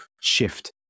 shift